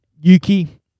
Yuki